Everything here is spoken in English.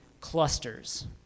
clusters